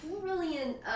brilliant